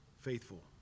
faithful